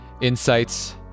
insights